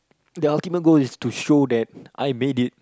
the ultimate goal is to show that I made it